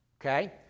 okay